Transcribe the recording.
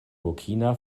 burkina